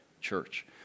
church